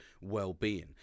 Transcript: well-being